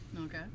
Okay